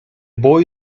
boy